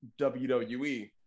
wwe